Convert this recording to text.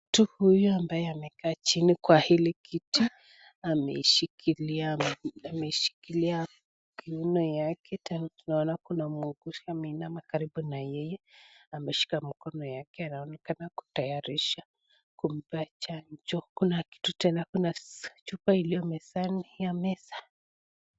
Mtu huyu ambaye amekaa chini kwa hili kiti ameshikilia kiuno yake, tena tunaona kuna mwuguzi amesimama karibu na yeye. Ameshika mikono yake na amaonekana kutayarisha kumpea chanjo. Kuna kitu tena, kuna chupa iliyo mezani ya meza.